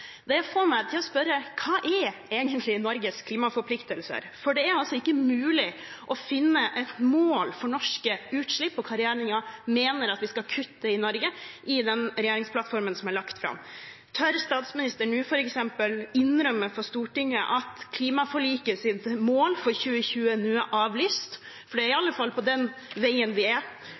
Det får meg til å spørre: Hva er egentlig Norges klimaforpliktelser? Det er ikke mulig å finne et mål for norske utslipp og hva regjeringen mener at vi skal kutte i Norge, i den regjeringsplattformen som er lagt fram. Tør statsministeren f.eks. innrømme for Stortinget at klimaforlikets mål for 2020 nå er avlyst? Det er iallfall på den veien vi er